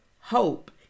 hope